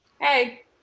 hey